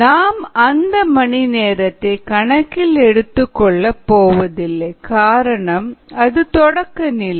நாம் அந்த மணி நேரத்தை கணக்கில் எடுத்துக் கொள்ளப் போவதில்லை காரணம் அது தொடக்க நிலை